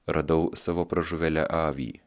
radau savo pražuvėlę avį